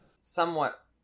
somewhat